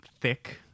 thick